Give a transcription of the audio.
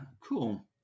cool